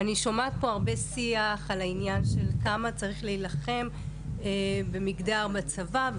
אני שומעת פה הרבה שיח על העניין של כמה צריך להילחם במגדר בצבא,